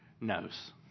knows